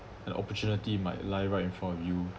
an opportunity might lie right in front of you